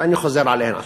ואני חוזר עליהן עכשיו.